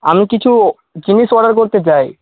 আমি কিছু জিনিস অর্ডার করতে চাই